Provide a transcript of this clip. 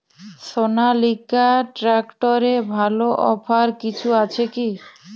সনালিকা ট্রাক্টরে ভালো অফার কিছু আছে কি?